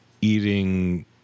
eating